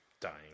dying